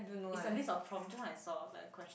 it's a list of prompts just now I saw like quest~